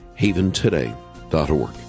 haventoday.org